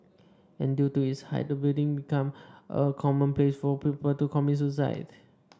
and due to its height the building became a common place for people to commit suicide